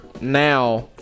now